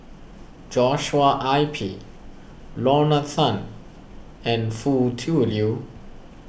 Joshua I P Lorna Tan and Foo Tui Liew